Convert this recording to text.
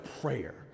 prayer